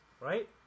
Right